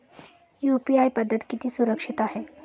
UPI पद्धत किती सुरक्षित आहे?